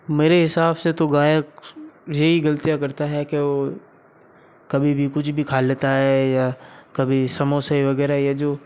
मेरे हिसाब से तो गायक यही गलतियाँ करता है कि वह कभी भी कुछ भी खा लेता है या कभी समोसे वगैरह या जो